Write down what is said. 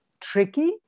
tricky